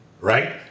right